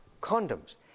condoms